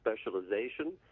specialization